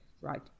right